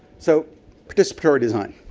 so participatory design.